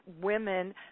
women